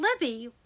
Libby